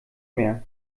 mehr